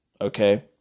Okay